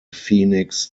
phoenix